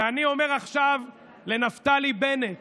ואני אומר עכשיו לנפתלי בנט,